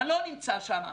אני לא נמצא שם.